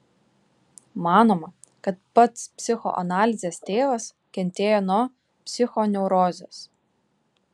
manoma kad pats psichoanalizės tėvas kentėjo nuo psichoneurozės